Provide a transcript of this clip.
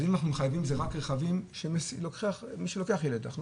אז אם אנחנו מחייבים זה רק רכבים שלוקחים ילד, או